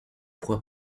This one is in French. proie